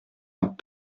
dans